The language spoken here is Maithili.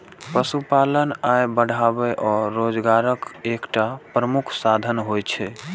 पशुपालन आय बढ़ाबै आ रोजगारक एकटा प्रमुख साधन होइ छै